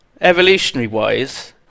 evolutionary-wise